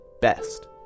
best